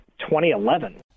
2011